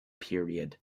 period